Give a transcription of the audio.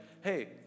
hey